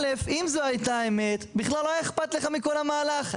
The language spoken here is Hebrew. א' אם זו הייתה האמת בכלל לא היה אכפת לך מכל המהלך.